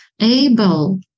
able